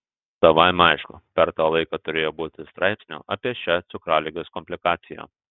savaime aišku per tą laiką turėjo būti straipsnių apie šią cukraligės komplikaciją